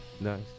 Nice